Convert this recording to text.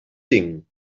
cinc